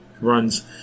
runs